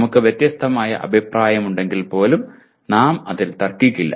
നമുക്ക് വ്യത്യസ്തമായ അഭിപ്രായമുണ്ടെങ്കിൽപ്പോലും നാം അതിൽ തർക്കിക്കില്ല